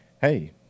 hey